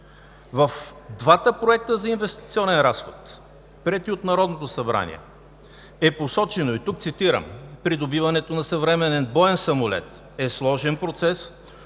В двата проекта за инвестиционен разход, приети от Народното събрание, е посочено, и тук цитирам: придобиването на съвременен боен самолет е сложен процес,